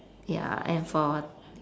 ya and for